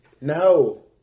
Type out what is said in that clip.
No